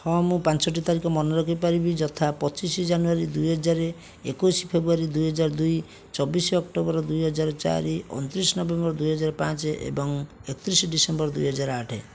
ହଁ ମୁଁ ପାଞ୍ଚଟି ତାରିଖ ମନେରଖିପାରିବି ଯଥା ପଚିଶ ଜାନୁୟାରୀ ଦୁଇହଜାର ଏକୋଇଶ ଫେବୃୟାରୀ ଦୁଇହଜାର ଦୁଇ ଚବିଶ ଅକ୍ଟୋବର ଦୁଇହଜାର ଚାରି ଅଣତିରିଶ ନଭେମ୍ବର ଦୁଇହଜାର ପାଞ୍ଚ ଏବଂ ଏକତିରିଶ ଡିସେମ୍ବର ଦୁଇହଜାର ଆଠ